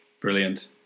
Brilliant